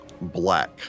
black